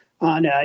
on